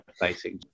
basic